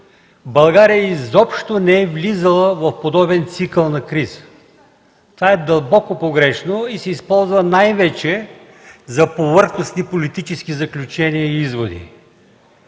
България изобщо не е влизала в подобен цикъл на криза. Това е дълбоко погрешно и се използва най-вече за повърхностни политически заключения и изводи.